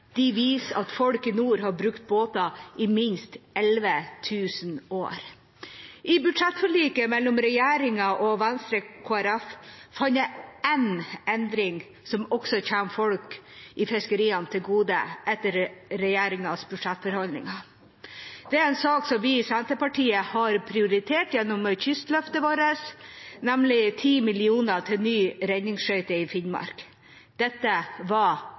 Ballangen, viser at folk i nord har brukt båter i minst 11 000 år. I budsjettforliket mellom regjeringen og Venstre og Kristelig Folkeparti fant jeg én endring som også kommer folk i fiskeriene til gode etter regjeringens budsjettforhandlinger. Det er en sak som vi i Senterpartiet har prioritert gjennom Kystløftet vårt, nemlig 10 mill. kr til ny redningsskøyte i Finnmark. Dette var